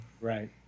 Right